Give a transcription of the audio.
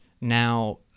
now